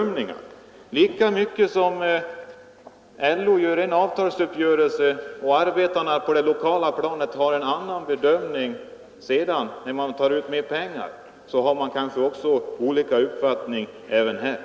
På samma sätt som LO gör en bedömning vid avtalsuppgörelsen och arbetarna på det lokala planet sedan en annan när de tar ut mer pengar, på samma sätt har vi kanske olika bedömningar på denna punkt.